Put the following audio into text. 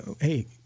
hey